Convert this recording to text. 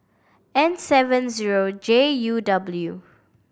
N seven zero J U W